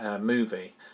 movie